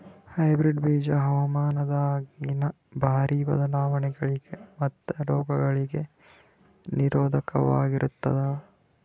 hybrid ಬೀಜ ಹವಾಮಾನದಾಗಿನ ಭಾರಿ ಬದಲಾವಣೆಗಳಿಗ ಮತ್ತು ರೋಗಗಳಿಗ ನಿರೋಧಕವಾಗಿರುತ್ತವ